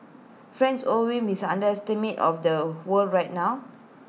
friends overwhelmed miss understatement of the whole right now